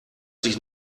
sich